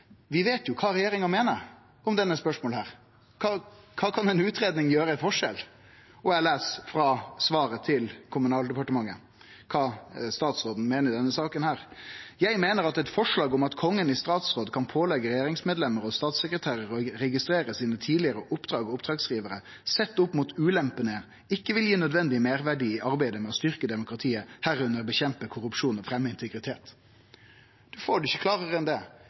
Vi veit jo kva regjeringa meiner om dette spørsmålet. Kva kan ei utgreiing gjere av forskjell? La meg lese frå svaret frå Kommunal- og moderniseringsdepartementet, kva statsråden meiner i denne saka: «Jeg mener at et forslag om at Kongen i statsråd kan pålegge regjeringsmedlemmer og statssekretærer å registrere sine tidligere oppdrag og oppdragsgivere, sett opp mot ulempene ikke vil gi nødvendig merverdi i arbeidet for å styrke demokratiet, herunder bekjempe korrupsjon og fremme integritet.» Ein får det ikkje klarare enn dette: Regjeringa vil ikkje ha det.